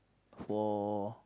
for